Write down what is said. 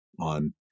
on